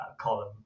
column